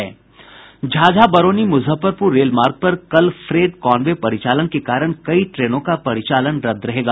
झाझा बरौनी मूजफ्फरपूर रेलमार्ग पर कल फे़ड कॉनवे परिचालन के कारण कई ट्रेनों का परिचालन रद्द रहेगा